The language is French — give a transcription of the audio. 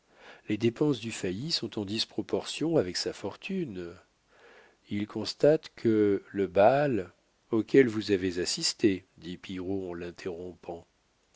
les dépenses du failli sont en disproportion avec sa fortune il conste que le bal auquel vous avez assisté dit pillerault en l'interrompant